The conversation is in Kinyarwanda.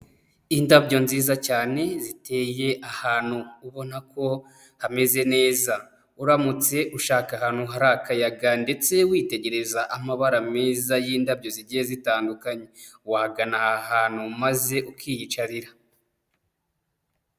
Indabyo nziza cyane ziteye ahantu ubona ko hameze neza. Uramutse ushaka ahantu hari akayaga ndetse witegereza amabara meza y'indabyo zigiye zitandukanye, wagana aha hantu maze ukiyicarira.